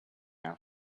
out